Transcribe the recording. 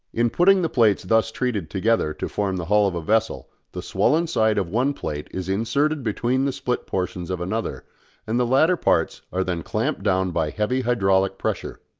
in putting the plates thus treated together to form the hull of a vessel the swollen side of one plate is inserted between the split portions of another and the latter parts are then clamped down by heavy hydraulic pressure.